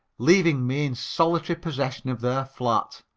leaving me in solitary possession of their flat.